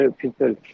people